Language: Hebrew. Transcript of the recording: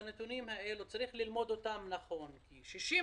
כמובן שאת אותה בעיה אפשר למצוא בקרב החברה